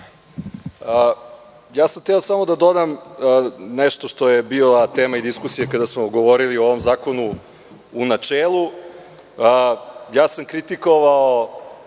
sam samo da dodam nešto što je bila tema diskusije kada smo govorili o ovom zakonu u načelu. Kritikovao